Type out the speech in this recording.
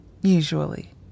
Usually